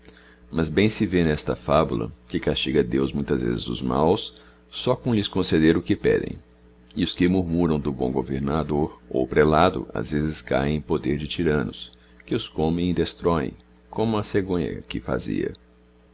mas bem se vê nesta fabula que castiga deos muitas vezes os máos só com lhes conceder o que pedem e os que murmurão do bom governador ou prelado ás vezes cahem em poder de tyrannos que os comem e destroem como a cegonha aqui fazia